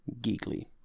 geekly